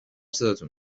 صداتون